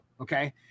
Okay